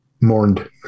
mourned